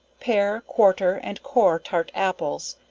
pare, quarter and core tart apples,